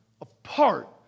apart